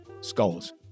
skulls